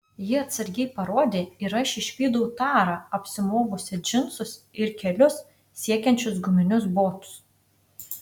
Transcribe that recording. ji atsargiai parodė ir aš išvydau tarą apsimovusią džinsus ir kelius siekiančius guminius botus